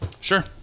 Sure